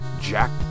Jack